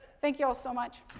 thank you all, so much.